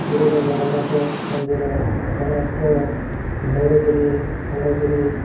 ପୁରୀର ଜଗନ୍ନାଥ ମନ୍ଦିର କୋଣାର୍କ ଧଉଳିଗିରି ଖଣ୍ଡଗିରି